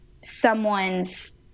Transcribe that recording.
someone's